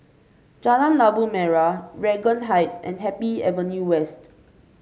Jalan Labu Merah Regent Heights and Happy Avenue West